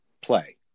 play